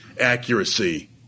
accuracy